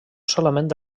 solament